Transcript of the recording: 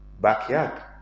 backyard